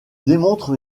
démontre